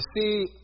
see